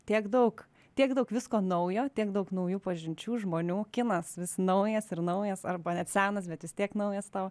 tiek daug tiek daug visko naujo tiek daug naujų pažinčių žmonių kinas vis naujas ir naujas arba net senas bet vis tiek naujas tau